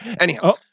Anyhow